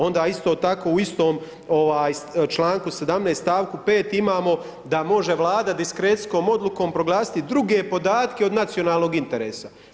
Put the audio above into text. Onda isto tako u istom članku 17. stavku 5. imamo da može Vlada diskrecijskom odlukom proglasiti druge podatke od nacionalnog interesa.